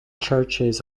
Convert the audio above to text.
churches